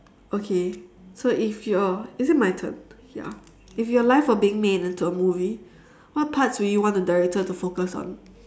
okay so if your is it my turn ya if your life were being made into a movie what parts would you want the director to focus on